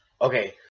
Okay